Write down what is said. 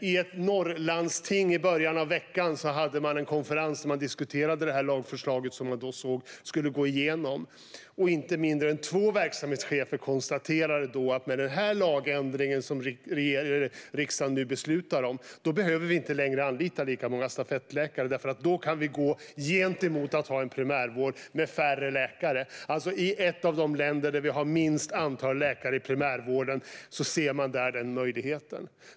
I ett landsting i norr hade man i början av veckan en konferens där man diskuterade lagförslaget, som då såg ut att gå igenom. Inte mindre än två verksamhetschefer konstaterade att de i och med den lagändring som riksdagen nu ska besluta om inte längre behöver anlita lika många stafettläkare. De kan då ha en primärvård med färre läkare. I ett av de länder med minst antal läkare inom primärvården ser man den här möjligheten.